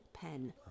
Pen